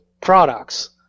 products